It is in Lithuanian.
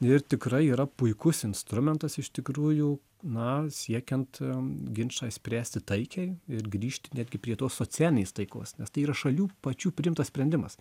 ir tikrai yra puikus instrumentas iš tikrųjų na siekiant ginčą išspręsti taikiai ir grįžti netgi prie tos socialinės taikos nes tai yra šalių pačių priimtas sprendimas